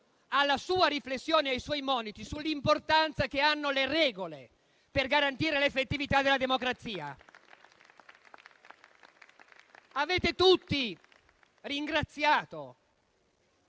alla sua riflessione e ai suoi moniti sull'importanza che hanno le regole per garantire l'effettività della democrazia. Avete tutti ringraziato